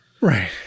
right